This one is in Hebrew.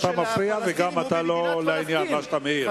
מפריע, וגם לא לעניין מה שאתה מעיר.